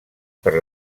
per